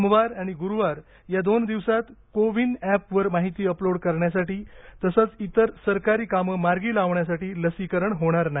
सोमवार आणि गुरुवार या दोन दिवसांत को विन एपवर माहिती अपलोड करण्यासाठी तसंच इतर सरकारी कामं मार्गी लावण्यासाठी लसीकरण होणार नाही